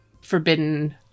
forbidden